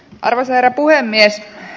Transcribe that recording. arvoisa herra puhemies